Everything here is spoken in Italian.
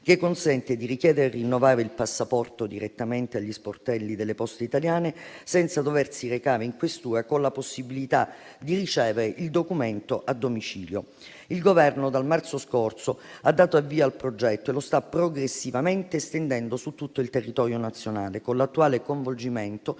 che consente di richiedere e rinnovare il passaporto direttamente agli sportelli delle Poste italiane senza doversi recare in questura, con la possibilità di ricevere il documento a domicilio. Il Governo, dal marzo scorso, ha dato avvio al progetto e lo sta progressivamente estendendo su tutto il territorio nazionale, con l'attuale coinvolgimento